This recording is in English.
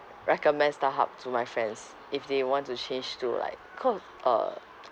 recommend starhub to my friends if they want to change to like cause uh